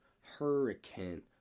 hurricane